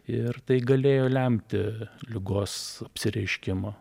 ir tai galėjo lemti ligos apsireiškimą